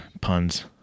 Puns